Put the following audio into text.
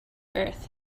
earth